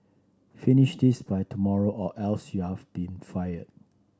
finish this by tomorrow or else you have be fired